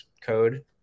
code